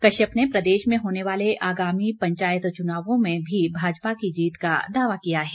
कश्यप ने प्रदेश में होने वाले आगामी पंचायत चुनावों में भी भाजपा की जीत का दावा किया है